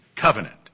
Covenant